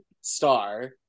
star